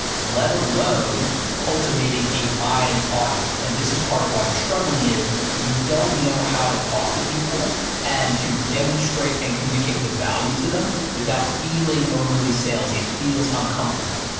let alone cultivating a buying audience, and this is part of why you're struggling is you don't know how to talk to people and to demonstrate and communicate the value to them without feeling overly salesy, it feels uncomfortable.